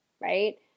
right